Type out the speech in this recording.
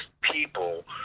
people